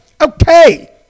Okay